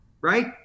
Right